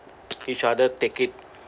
each other take it